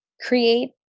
create